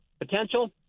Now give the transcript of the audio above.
potential